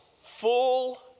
full